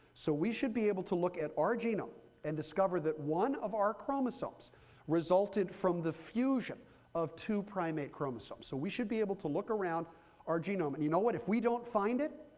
so we should be able to look at our genome and discover that one of our chromosomes resulted from the fusion of two primate chromosomes. so we should be able to look around our genome. and you know but if we don't find it,